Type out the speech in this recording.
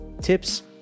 tips